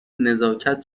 نزاکت